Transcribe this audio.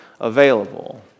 available